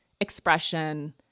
Expression